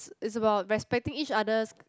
is about respecting each others